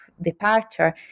departure